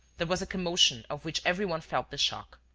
there was a commotion of which every one felt the shock.